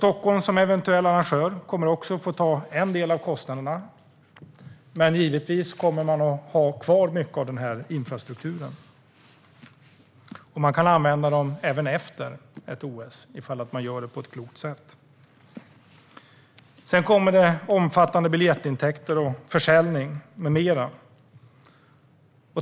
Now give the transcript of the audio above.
Stockholm som eventuell arrangör kommer också att få ta en del av kostnaderna, men givetvis kommer man att ha kvar mycket av den här infrastrukturen. Man kan använda den även efter ett OS ifall den görs på ett klokt sätt. Sedan tillkommer omfattande biljettintäkter och försäljning med mera.